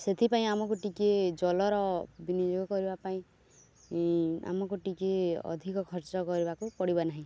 ସେଥିପାଇଁ ଆମକୁ ଟିକେ ଜଲର ବିନିଯୋଗ କରିବା ପାଇଁ ଆମକୁ ଟିକେ ଅଧିକ ଖର୍ଚ୍ଚ କରିବାକୁ ପଡ଼ିବ ନାହିଁ